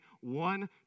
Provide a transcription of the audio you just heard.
one